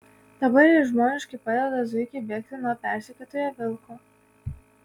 dabar jis žmoniškai padeda zuikiui bėgti nuo persekiotojo vilko